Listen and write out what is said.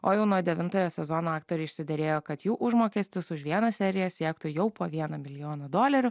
o jau nuo devintojo sezono aktoriai išsiderėjo kad jų užmokestis už vieną seriją siektų jau po vieną milijoną dolerių